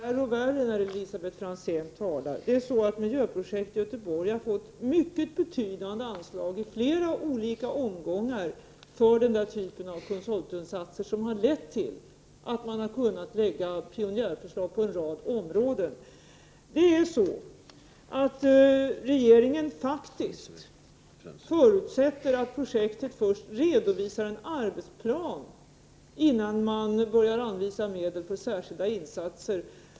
Fru talman! Det blir värre och värre när Elisabet Franzén talar. Miljöprojektet i Göteborg har fått mycket betydande anslag i flera olika omgångar för den typen av insatser som Elisabet Franzén nämner. Det har lett till att man kunnat lägga fram pionjärförslag på en rad områden. Regeringen förutsätter dock att projektet först redovisar en arbetsplan innan regeringen ger medel för särskilda insatser.